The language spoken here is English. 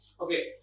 Okay